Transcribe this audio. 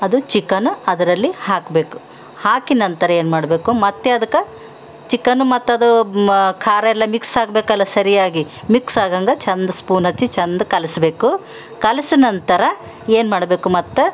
ಅದು ಚಿಕನ್ ಅದರಲ್ಲಿ ಹಾಕಬೇಕು ಹಾಕಿ ನಂತರ ಏನ್ಮಾಡ್ಬೇಕು ಮತ್ತೆ ಅದಕ್ಕೆ ಚಿಕನ್ ಮತ್ತದು ಮ ಖಾರ ಎಲ್ಲ ಮಿಕ್ಸ್ ಆಗಬೇಕಲ್ಲ ಸರಿಯಾಗಿ ಮಿಕ್ಸ್ ಆಗೋಂಗೆ ಚೆಂದ ಸ್ಪೂನ್ ಹಚ್ಚಿ ಚೆಂದ ಕಲಸಬೇಕು ಕಲಸಿ ನಂತರ ಏನ್ಮಾಡ್ಬೇಕು ಮತ್ತೆ